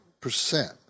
percent